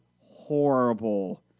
horrible